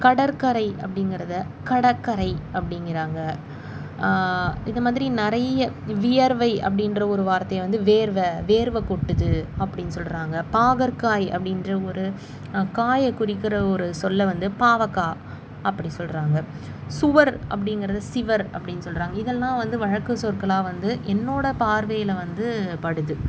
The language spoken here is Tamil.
கடற்கரை அப்படிங்கறத வந்து கடற்கரை அப்படிங்குறாங்க இதை மாதிரி நிறைய வியர்வை அப்படின்ற ஒரு வார்த்தையை வந்து வேர்வை வேர்வை கொட்டுது அப்படின்னு சொல்கிறாங்க பாகற்காய் அப்படின்ற ஒரு காயை குறிக்கிற ஒரு சொல்ல வந்து பாவக்காய் அப்படி சொல்கிறாங்க சுவர் அப்படிங்கறத சுவர் அப்படின்னு சொல்கிறாங்க இதெல்லாம் வந்து வழக்கு சொற்களாக வந்து என்னோடய பார்வையில் வந்து படுது